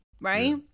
right